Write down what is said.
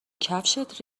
کفشت